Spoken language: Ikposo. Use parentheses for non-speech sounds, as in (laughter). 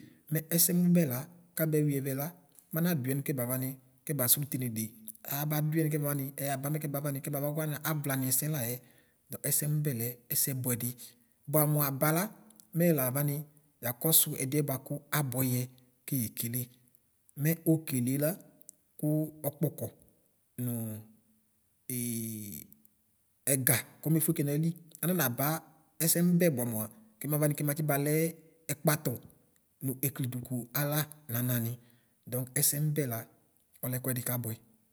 Nɛ ɛsɛmvbɛ la kabeur ɛvɛ la manadʋɛ nv kɛba ram kɛbasʋ itenede ayaba dvyɛ nʋ kaba vam nɛyaba kabawa avlam ɛsɛ layɛ ɛsɛnwbɛ lɛ ɛsɛmʋ bʋɛdi bʋa mʋ abala mɛ yɛla avani yakɔsʋ ɛdiɛ bʋakʋ abvɛyɛ keye kele mɛ okele la kʋ ɔkpɔkɔ nʋ (hesitation) ɛga kɔmefʋe kɛ nayili ananaba ɛsɛ mʋbɛ bʋa mʋa kɛmavan kɛmalɛ ɛkpatʋ ni eklidʋ kʋ ala nanani dɔk ɛsɛmʋvɛ la ɔlɛ ɛkʋdi kabʋɛ.